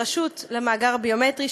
הרשות למאגר הביומטרי,